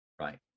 Right